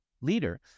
leader